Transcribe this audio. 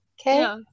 okay